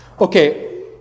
Okay